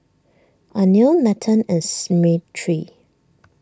Anil Nathan and Smriti